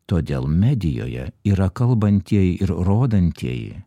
todėl medijoje yra kalbantieji ir rodantieji